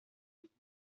bebido